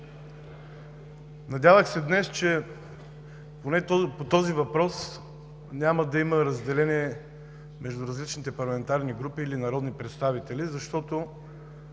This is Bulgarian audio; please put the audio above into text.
Надявах се днес, че поне по този въпрос няма да има разделение между различните парламентарни групи или народни представители, защото